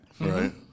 right